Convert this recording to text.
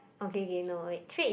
okay k no trait is